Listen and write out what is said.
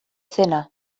zena